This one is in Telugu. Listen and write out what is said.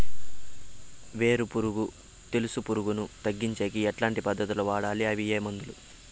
వేరు పులుగు తెలుసు పులుగులను తగ్గించేకి ఎట్లాంటి పద్ధతులు వాడాలి? అవి ఏ మందులు?